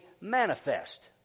manifest